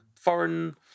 foreign